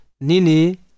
Nini